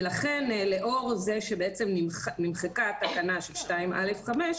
ולכן לאור זה שנמחקה תקנה 2(א)5,